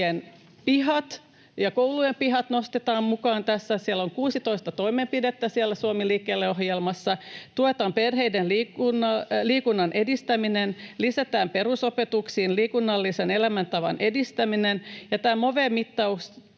pihat ja koulujen pihat nostetaan mukaan tässä. 16 toimenpidettä on siellä Suomi liikkeelle ‑ohjelmassa. Tuetaan perheiden liikunnan edistämistä, lisätään perusopetukseen liikunnallisen elämäntavan edistäminen